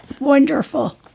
Wonderful